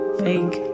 fake